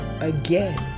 again